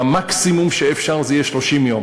והמקסימום שאפשר יהיה 30 יום